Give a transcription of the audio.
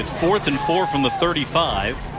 fourth and four from the thirty five.